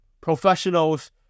professionals